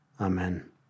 Amen